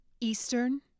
Eastern